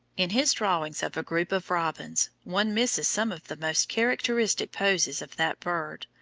in his drawings of a group of robins, one misses some of the most characteristic poses of that bird,